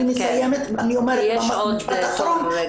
משפט אחרון,